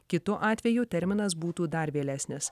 kitu atveju terminas būtų dar vėlesnis